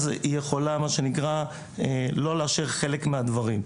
אז היא יכולה לא לאשר חלק מהדברים.